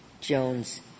Jones